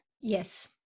Yes